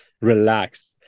relaxed